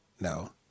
No